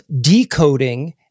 decoding